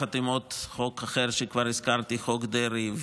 יחד עם עוד חוק אחר שכבר הזכרתי, חוק דרעי.